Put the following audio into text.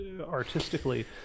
artistically